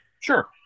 Sure